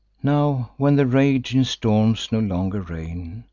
now, when the raging storms no longer reign,